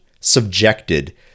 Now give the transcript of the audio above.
subjected